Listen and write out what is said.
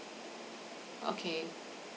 okay